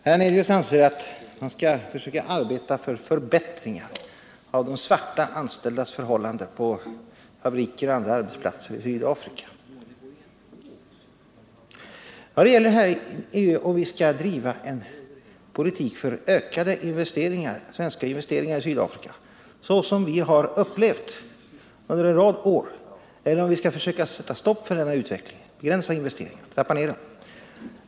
Herr talman! Herr Hernelius anser att man skall försöka arbeta för förbättringar av de svarta anställdas förhållanden på fabriker och andra arbetsplatser i Sydafrika. Vad det här gäller är om vi skall driva en politik för ökade svenska investeringar i Sydafrika, vilket har varit fallet under en rad år, eller om vi skall försöka sätta stopp för denna utveckling, begränsa investeringarna och trappa ner dem.